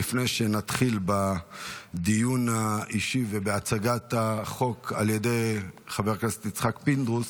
לפני שנתחיל בדיון האישי ובהצגת החוק על ידי חבר הכנסת יצחק פינדרוס,